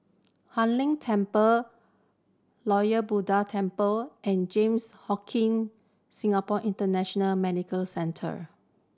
Hai Inn Temple Lord Buddha Temple and Johns Hopkin Singapore International Medical Centre